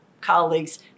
colleagues